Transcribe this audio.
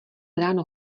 ráno